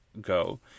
go